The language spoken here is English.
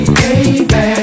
baby